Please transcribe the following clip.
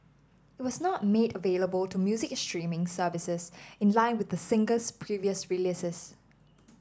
it was not made available to music streaming services in line with the singer's previous releases